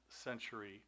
century